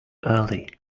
early